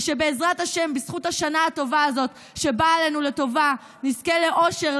ושבעזרת השם בזכות השנה הטובה הזאת שבאה עלינו לטובה נזכה לאושר,